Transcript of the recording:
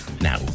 now